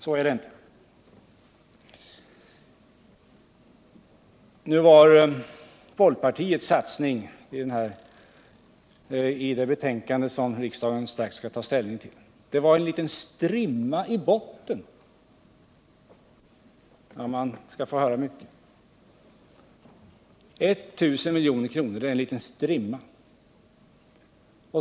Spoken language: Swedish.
Olof Palme betecknade vidare folkpartiets satsning i den proposition som riksdagen strax skall ta ställning till som en liten strimma i botten. Man skall få höra mycket — 1 000 milj.kr. skulle alltså vara en liten strimma.